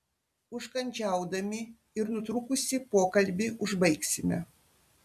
užkandžiaudami ir nutrūkusį pokalbį užbaigsime